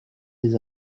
les